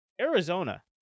Arizona